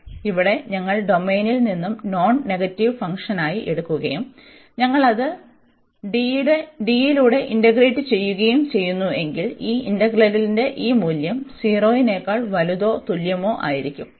അതിനാൽ ഇവിടെ ഞങ്ങൾ ഡൊമെയ്നിൽ ഒരു നോൺ നെഗറ്റീവ് ഫംഗ്ഷൻ ആയി എടുക്കുകയും ഞങ്ങൾ ഇത് D യിലൂടെ ഇന്റഗ്രേറ്റ് ചെയ്യുകയും ചെയ്യുന്നുവെങ്കിൽ ഈ ഇന്റഗ്രലിന്റെ ഈ മൂല്യം 0 നേക്കാൾ വലുതോ തുല്യമോ ആയിരിക്കും